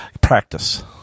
practice